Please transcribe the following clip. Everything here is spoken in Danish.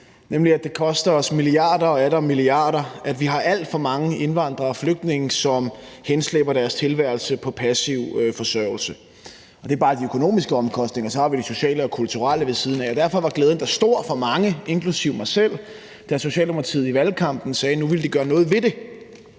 og atter milliarder, at vi har alt for mange indvandrere og flygtninge, som henslæber deres tilværelse på passiv forsørgelse. Det er bare de økonomiske omkostninger, for vi har de sociale og kulturelle omkostninger ved siden af. Derfor var glæden da stor for mange, inklusive mig selv, da Socialdemokratiet i valgkampen sagde, at nu ville de gøre noget ved det,